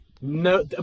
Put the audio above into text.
No